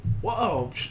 Whoa